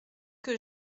que